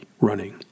running